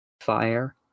fire